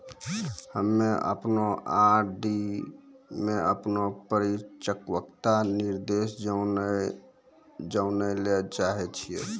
हम्मे अपनो आर.डी मे अपनो परिपक्वता निर्देश जानै ले चाहै छियै